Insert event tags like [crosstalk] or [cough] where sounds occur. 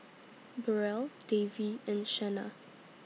[noise] Burrell Davy [noise] and Shenna